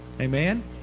Amen